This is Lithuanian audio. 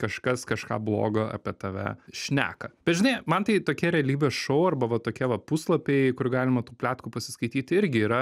kažkas kažką blogo apie tave šneka bet žinai man tai tokie realybės šou arba va tokie va puslapiai kur galima tų pletkų pasiskaityti irgi yra